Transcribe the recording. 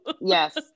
Yes